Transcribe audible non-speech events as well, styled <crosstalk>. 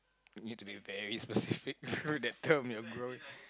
you need to be very specific <laughs> through that term you're growing